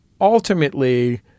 ultimately